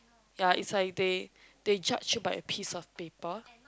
ya is like they they judge you by a piece of paper